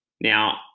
Now